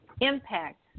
impact